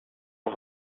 ont